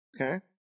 Okay